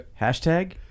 Hashtag